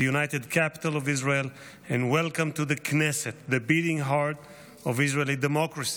ראשון הדוברים יהיה חבר הכנסת בועז טופורובסקי,